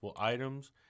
items